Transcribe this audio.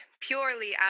purely